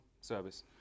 service